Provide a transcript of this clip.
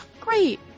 Great